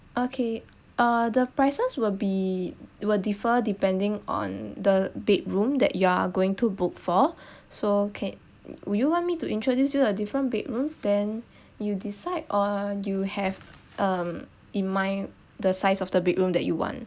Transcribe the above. okay uh the prices will be it will differ depending on the bedroom that you are going to book for so okay would you want me to introduce you a different bedrooms then you decide or you have um in mind the size of the bedroom that you want